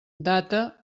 data